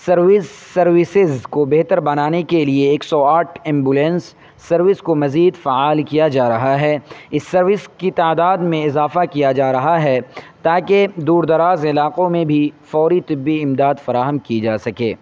service services کو بہتر بنانے کے لیے ایک سو آٹھ ایمبولینس سروس کو مزید فعال کیا جا رہا ہے اس سروس کے تعداد میں اضافہ کیا جا رہا ہے تاکہ دور دراز علاقوں میں بھی فوری طبی امداد فراہم کی جا سکے